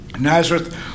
Nazareth